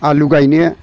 आलु गायनो